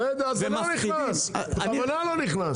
בסדר, אני לא נכנס, בכוונה אני לא נכנס.